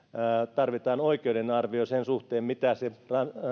tarvitaan oikeudellinen arvio sen suhteen mitä